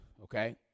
okay